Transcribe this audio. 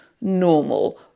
normal